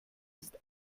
ist